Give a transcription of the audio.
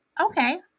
Okay